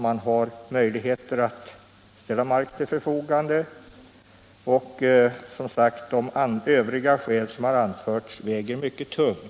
Man har möjligheter att ställa mark till förfogande. De övriga skäl som anförts väger som sagt mycket tungt.